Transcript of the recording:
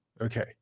Okay